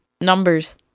Numbers